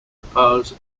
oppose